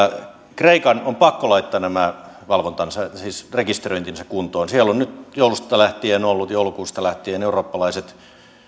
kreikan on pakko laittaa tämä valvontansa siis rekisteröintinsä kuntoon siellä ovat nyt joulusta lähtien olleet joulukuusta lähtien eurooppalaiset